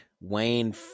Wayne